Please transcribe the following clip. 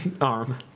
arm